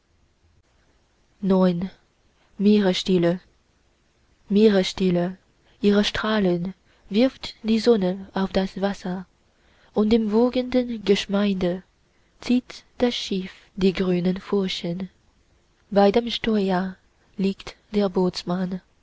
ihre strahlen wirft die sonne auf das wasser und im wogenden geschmeide zieht das schiff die grünen furchen bei dem steuer liegt der